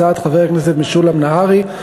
הצעת חבר הכנסת משולם נהרי,